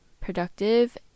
productive